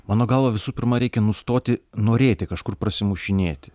mano galva visų pirma reikia nustoti norėti kažkur prasimušinėti